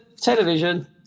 television